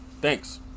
thanks